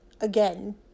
again